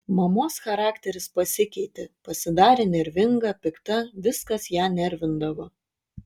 mamos charakteris pasikeitė pasidarė nervinga pikta viskas ją nervindavo